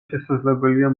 შესაძლებელია